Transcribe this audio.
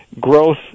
growth